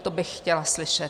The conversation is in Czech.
To bych chtěla slyšet.